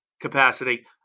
capacity